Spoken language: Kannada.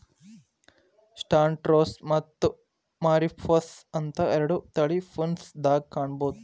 ಸಾಂಟಾ ರೋಸಾ ಮತ್ತ ಮಾರಿಪೋಸಾ ಅಂತ ಎರಡು ತಳಿ ಪ್ರುನ್ಸ್ ದಾಗ ಕಾಣಬಹುದ